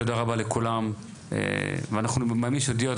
תודה רבה לכולם ואני מאמין שיהיו עוד